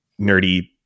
nerdy